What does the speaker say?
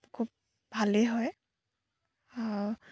খুব ভালেই হয়